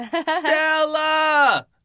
Stella